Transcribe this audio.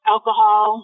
Alcohol